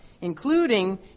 including